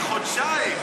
בחודשיים?